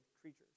creatures